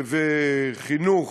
וחינוך,